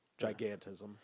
gigantism